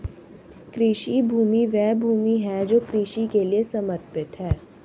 कृषि भूमि वह भूमि है जो कृषि के लिए समर्पित है